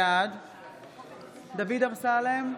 בעד דוד אמסלם,